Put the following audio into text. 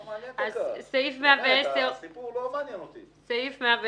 מה שהקראת זה מה ש --- על זה יש רוויזיה.